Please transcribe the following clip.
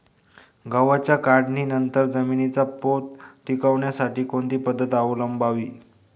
गव्हाच्या काढणीनंतर जमिनीचा पोत टिकवण्यासाठी कोणती पद्धत अवलंबवावी?